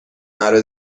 مرا